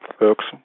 works